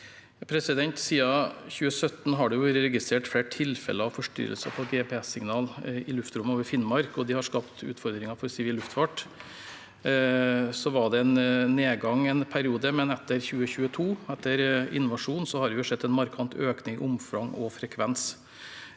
Siden 2017 har det vært registrert flere tilfeller av forstyrrelser på GPS-signaler i luftrommet over Finnmark, og de har skapt utfordringer for sivil luftfart. Så var det en nedgang en periode, men etter invasjonen i 2022 har vi sett en markant økning i omfang og frekvens.